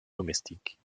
domestiques